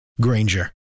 Granger